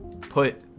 put